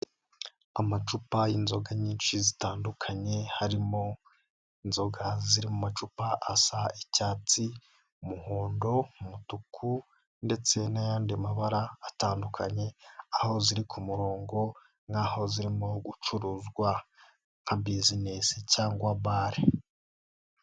Amacupa y'inzoga nyinshi zitandukanye, harimo inzoga ziri mu macupa asa icyatsi, umuhondo, umutuku, ndetse n'ayandi mabara atandukanye, aho ziri ku murongo ni aho zirimo gucuruzwa nka buzinesi cyangwa bale.